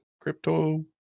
Crypto